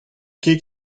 ket